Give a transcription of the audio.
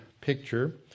picture